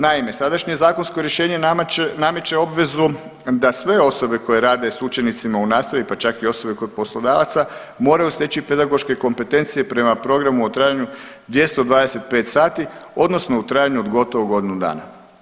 Naime, sadašnje zakonsko rješenje nameće obvezu da sve osobe koje rade s učenicima u nastavi pa čak i osobe kod poslodavaca moraju steći pedagoške kompetencije prema programu u trajanju 225 sati odnosno u trajanju od gotovo godinu dana.